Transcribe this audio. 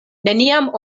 neniam